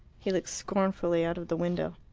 he looked scornfully out of the window.